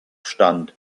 stand